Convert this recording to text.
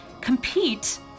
Compete